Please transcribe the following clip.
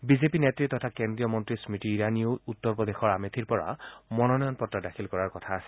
BJP নেত্ৰী তথা কেন্দ্ৰীয় মন্ত্ৰী স্মৃতি ইৰাণীয়েও উত্তৰ প্ৰদেশৰ আমেথিৰ পৰা মনোনয়ন পত্ৰ দাখিল কৰা কথা আছে